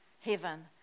heaven